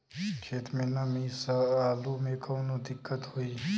खेत मे नमी स आलू मे कऊनो दिक्कत होई?